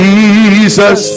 Jesus